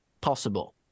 possible